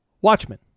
Watchmen